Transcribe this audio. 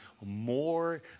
more